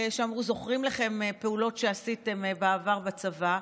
אמרו להם: זוכרים לכם פעולות שעשיתם בעבר בצבא.